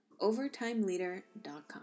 OvertimeLeader.com